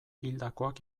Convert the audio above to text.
hildakoak